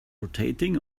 rotating